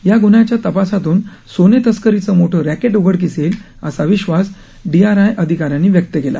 या ग्न्ह्याच्या तपासातून सोनेतस्करीच मोठ रॅकेट उघडकीस येईल असा विश्वास डी आर आय अधिकाऱ्यांनी व्यक्त केला